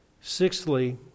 Sixthly